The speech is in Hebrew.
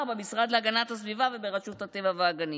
במשרד להגנת הסביבה וברשות הטבע והגנים.